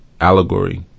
allegory